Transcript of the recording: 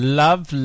love